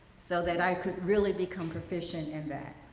so that i could really become proficient in that.